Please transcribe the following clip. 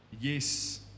Yes